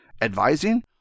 advising